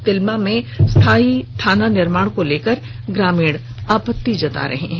तिलमा में स्थायी थाना निर्माण को लेकर ग्रामीण आपत्ति जता रहे हैं